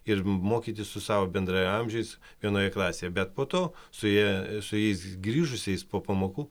ir mokytis su savo bendraamžiais vienoje klasėje bet po to su ja su jais grįžusiais po pamokų